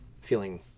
feeling